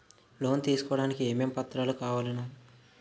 Loan తీసుకోడానికి ఏమేం పత్రాలు కావలెను?